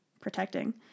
protecting